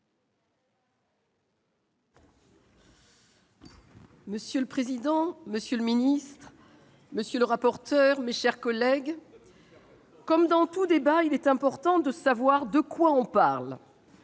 Monsieur le président, monsieur le ministre, mes chers collègues, comme dans tout débat, il est important de savoir de quoi l'on parle.